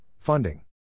Funding